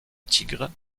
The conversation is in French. tigre